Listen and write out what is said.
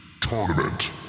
Tournament